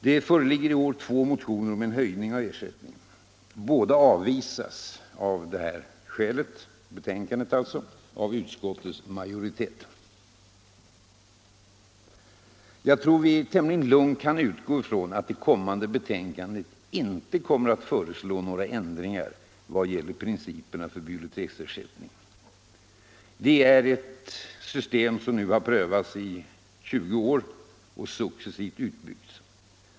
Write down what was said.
Det föreligger i år två motioner om en höjning av ersättningen. Båda avvisas på grund av det väntade betänkandet av utskottets majoritet. Jag tror att vi tämligen lugnt kan utgå från att detta betänkande inte kommer att föreslå några ändringar vad gäller principerna för biblioteksersättningen. Det är ett system som nu har prövats i 20 år och som successivt utbyggts.